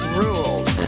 rules